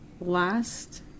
last